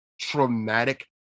traumatic